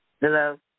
Hello